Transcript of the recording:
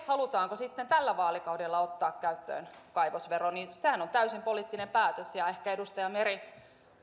halutaanko sitten tällä vaalikaudella ottaa käyttöön kaivosvero on täysin poliittinen päätös ja ehkä edustaja meri